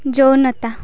যৌনতা